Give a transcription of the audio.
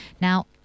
Now